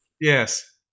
Yes